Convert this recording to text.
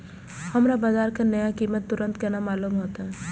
हमरा बाजार के नया कीमत तुरंत केना मालूम होते?